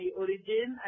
origin